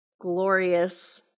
glorious